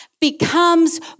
becomes